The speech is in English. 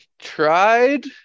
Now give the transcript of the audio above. tried